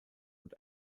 und